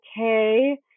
okay